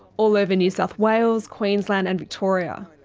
all over new south wales, queensland and victoria.